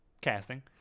casting